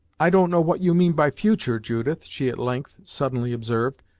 i don't know what you mean by future, judith, she at length, suddenly observed.